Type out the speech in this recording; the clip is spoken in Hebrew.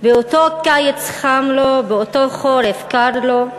באותו קיץ חם לו, באותו חורף קר לו?